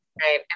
Right